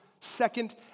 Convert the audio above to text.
second